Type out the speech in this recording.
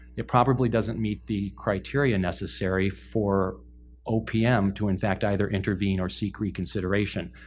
it probably doesn't meet the criteria necessary for opm to in fact either intervene or seek reconsideration.